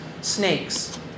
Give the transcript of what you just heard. snakes